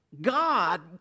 God